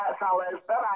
Bye-bye